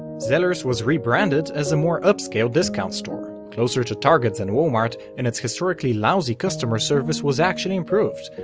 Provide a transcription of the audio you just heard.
zellers was rebranded as a more upscale discount store, closer to target than walmart, and its historically lousy customer service was actually improved,